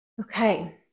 Okay